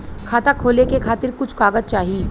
खाता खोले के खातिर कुछ कागज चाही?